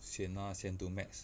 sian ah sian to max